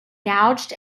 gouged